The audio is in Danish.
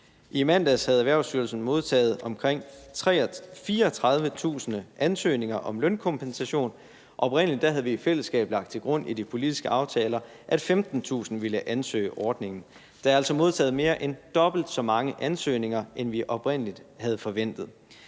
I mandags havde Erhvervsstyrelsen modtaget omkring 34.000 ansøgninger om lønkompensation. Oprindelig havde vi i de politiske aftaler lagt til grund, at 15.000 ville ansøge om ordningen. Der er altså modtaget mere end dobbelt så mange ansøgninger, end vi oprindelig havde forventet.